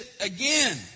again